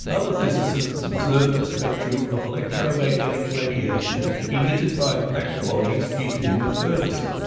other physicists observed the spectrum of electromagnetic radiation emitted by black bodies heated in a furnace,